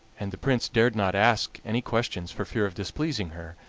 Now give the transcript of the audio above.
and the prince dared not ask any questions for fear of displeasing her